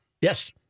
yes